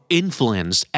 influence